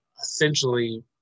essentially